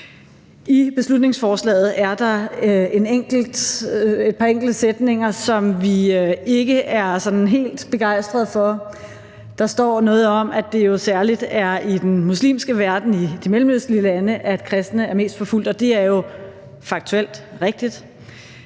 I beslutningsforslaget er der et par enkelte sætninger, som vi ikke er sådan helt begejstrede for. Der står noget om, er det jo særlig er i den muslimske verden, i de mellemøstlige lande, at kristne er mest forfulgt. Det er jo faktuelt rigtigt.